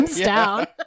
down